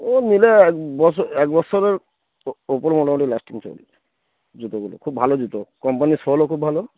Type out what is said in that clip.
ও নিলে এক বছর এক বছরের ওপর মোটামুটি লাস্টিং চলবে জুতোগুলো খুব ভালো জুতো কোম্পানির সোলও খুব ভালো